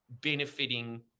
benefiting